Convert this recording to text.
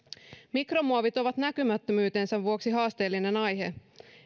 mikromuovit ovat näkymättömyytensä vuoksi haasteellinen aihe